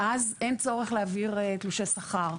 ואז אין צורך להעביר תלושי שכר.